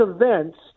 events